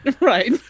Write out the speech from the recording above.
Right